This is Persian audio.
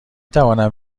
توانم